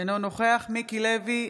אינו נוכח מיקי לוי,